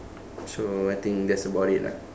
so I think that's about it lah